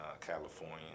California